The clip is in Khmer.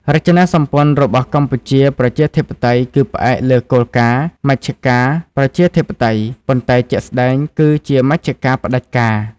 រចនាសម្ព័ន្ធរបស់កម្ពុជាប្រជាធិបតេយ្យគឺផ្អែកលើគោលការណ៍ «មជ្ឈការប្រជាធិបតេយ្យ» ប៉ុន្តែជាក់ស្ដែងគឺជាមជ្ឈការផ្ដាច់ការ។